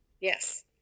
Yes